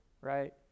right